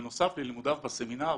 אז בנוסף ללימודיו בסמינר,